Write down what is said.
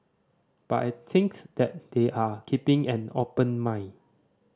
but I think that they are keeping an open mind